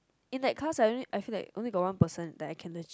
in that class I really I feel that only got one person that I can legit